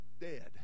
dead